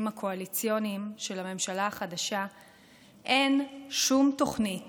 הקואליציוניים של הממשלה החדשה אין שום תוכנית